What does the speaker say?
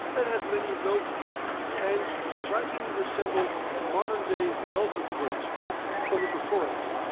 that had many lobe-feet and strikingly resembled modern-day velvet worms called onychophorans.